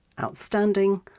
outstanding